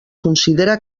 considera